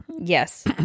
Yes